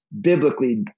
biblically